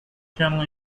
channel